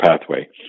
pathway